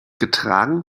getragen